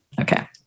Okay